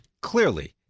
clearly